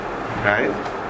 Right